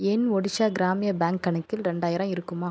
என் ஒடிஷா கிராமிய பேங்க் கணக்கில் ரூபாய் ரெண்டாயிரம் இருக்குமா